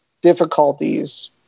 difficulties